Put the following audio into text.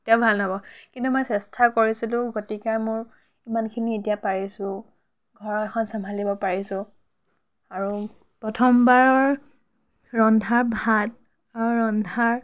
কেতিয়াও ভাল নহ'ব কিন্তু মই চেষ্টা কৰিছিলোঁ গতিকে মোৰ ইমানখিনি এতিয়া পাৰিছোঁ ঘৰ এখন চম্ভালিব পাৰিছোঁ আৰু প্ৰথমবাৰৰ ৰন্ধা ভাত আৰু ৰন্ধাৰ